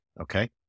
Okay